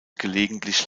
gelegentlich